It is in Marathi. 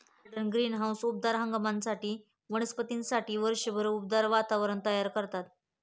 गार्डन ग्रीनहाऊस उबदार हंगामातील वनस्पतींसाठी वर्षभर उबदार वातावरण तयार करतात